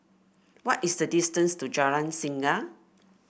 what is the distance to Jalan Singa